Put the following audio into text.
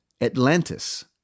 Atlantis